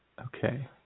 Okay